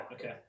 Okay